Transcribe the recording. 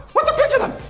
what's a pendulum?